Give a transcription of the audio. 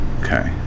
Okay